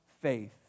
faith